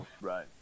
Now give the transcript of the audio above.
Right